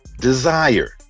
Desire